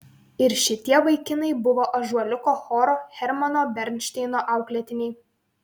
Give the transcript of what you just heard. ir šitie vaikinai buvo ąžuoliuko choro hermano bernšteino auklėtiniai